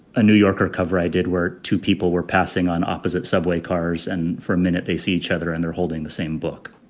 a new yorker cover i did where two people were passing on opposite subway cars. and for a minute they see each other and they're holding the same book.